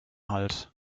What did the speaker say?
halt